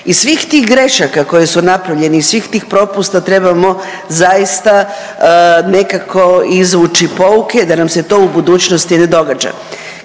Iz svih tih grešaka koje su napravljene i iz svih tih propusta trebamo zaista nekako izvući pouke da nam se to u budućnosti ne događa.